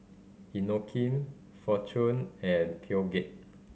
Inokim Fortune and Peugeot